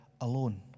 alone